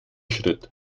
schritt